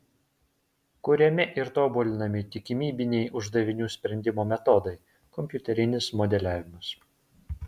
kuriami ir tobulinami tikimybiniai uždavinių sprendimo metodai kompiuterinis modeliavimas